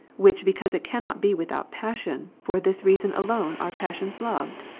which because it cannot be without passion, for this reason alone are passions loved?